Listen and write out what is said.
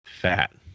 fat